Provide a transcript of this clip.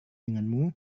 denganmu